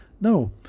No